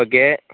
okay